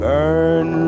Burn